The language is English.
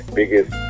biggest